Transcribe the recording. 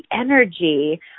energy